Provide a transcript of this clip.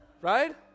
Right